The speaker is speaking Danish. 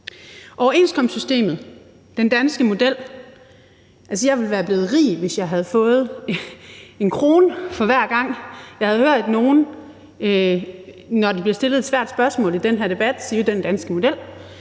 overenskomstsystemet, den danske model, ville jeg være blevet rig, hvis jeg havde fået 1 kr., hver gang der blev sagt »den danske model«, når der blev stillet et svært spørgsmål i den her debat, men faktum er